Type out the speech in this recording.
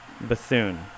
Bethune